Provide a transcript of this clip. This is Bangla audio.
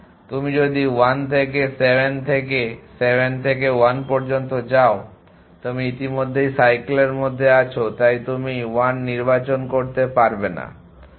তুমি যদি 1 থেকে 7 এবং 7 থেকে 1 পর্যন্ত যাও তুমি ইতিমধ্যেই সাইকেল এর মধ্যে আছো তাই তুমি 1 নির্বাচন করতে পারবে না